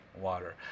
water